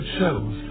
shows